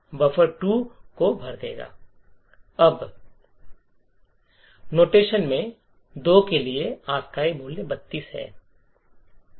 अब षोडशोपचार नोटेशन में 2 के लिए ASCII मूल्य 32 है